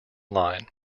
line